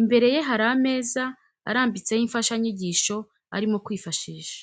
imbere ye hari ameza arambitseho imfashanyigisho arimo kwifashisha.